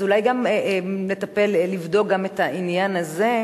אז אולי לבדוק גם את העניין הזה.